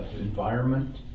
environment